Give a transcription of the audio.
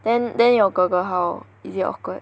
then then your girl girl how is it awkward